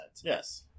Yes